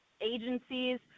agencies